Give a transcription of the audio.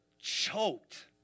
Choked